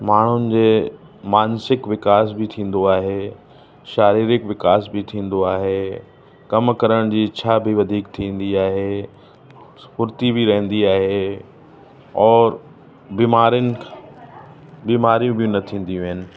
माण्हुनि जे मानसिक विकास बि थींदो आहे शारीरिक विकास बि थींदो आहे कम करण जी इच्छा बि वधीक थींदी आहे फ़ुर्ती बि रहंदी आहे और बीमारियुनि बीमारियूं बि न थींदियूं आहिनि